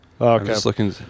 Okay